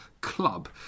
club